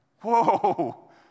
whoa